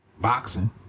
boxing